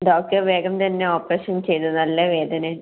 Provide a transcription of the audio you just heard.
doctor വേഗം തന്നെ operation ചെയ്തോ നല്ല വേദന